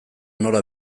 nola